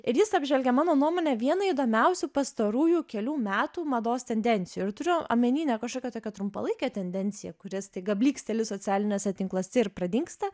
ir jis apžvelgia mano nuomone viena įdomiausių pastarųjų kelių metų mados tendencijų ir turiu omeny ne kažkokią tokią trumpalaikę tendenciją kuri staiga blyksteli socialiniuose tinkluose ir pradingsta